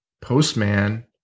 Postman